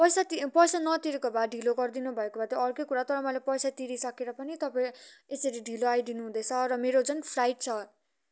पैसा ती पैसा नतिरेको भा ढिलो गरिदिनु भएको भा त्यो अर्कै कुरा हो तर मैले पैसा तिरिसकेर पनि तपाईँ यसरी ढिलो आइदिनु हुँदैछ र मेरो जुन फ्लाइट छ